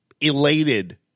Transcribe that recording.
elated